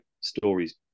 stories